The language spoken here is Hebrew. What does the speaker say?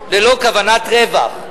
ללא כוונת רווח,